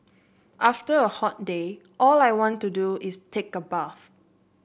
after a hot day all I want to do is take a bath